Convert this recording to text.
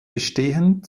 bestehen